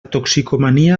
toxicomania